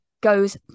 goes